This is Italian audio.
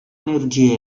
energia